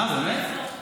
באמת?